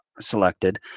selected